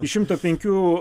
iš šimto penkių